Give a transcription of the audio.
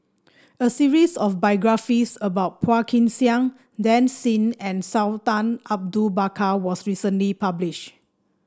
a series of biographies about Phua Kin Siang Dan Ying and Sultan Abu Bakar was recently published